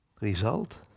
result